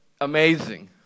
amazing